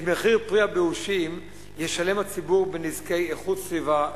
את מחיר פרי הבאושים ישלם הציבור בנזקי איכות סביבה,